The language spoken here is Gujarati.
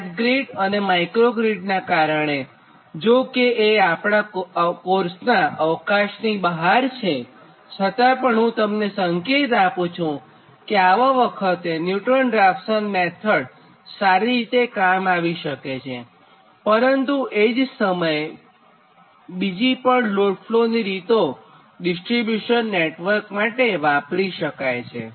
સ્માર્ટ ગ્રીડ અને માઇક્રોગ્રીડનાં કારણેજો કે એ આપણાં કોર્સનાં અવકાશની બહાર છે છતાં પણ હું તમને સંકેત આપુ છુંકે આવા વખતે ન્યુટન રાપ્સન મેથડ સારી રીતે કામ આવી શકે છે પરંતુ એ જ સમયે બીજી પણ લોડ ફ્લોની રીતો ડિસ્ટ્રીબ્યુશન નેટવર્ક માટે વાપરી શકાય છે